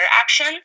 action